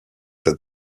that